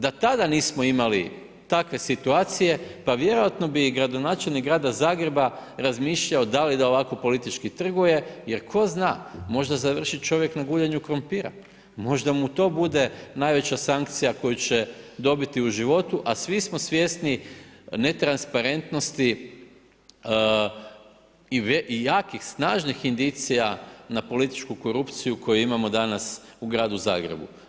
Da tada nismo imali takve situacije, pa vjerojatno bi i gradonačelnik grada Zagreba razmišljao da li da ovako politički trguje, jer tko zna, možda završi čovjek na guljenju krumpira, možda mu to bude najveća sankcija koju će dobiti u životu a svi smo svjesni netransparentnosti i jakih, snažnih indicija na političku korupciju koju imamo danas u gradu Zagrebu.